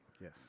Yes